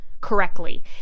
correctly